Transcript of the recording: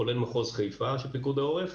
כולל מחוז חיפה של פיקוד העורף.